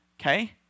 okay